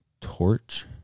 Torch